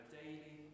daily